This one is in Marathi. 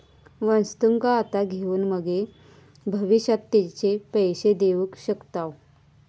वस्तुंका आता घेऊन मगे भविष्यात तेचे पैशे देऊ शकताव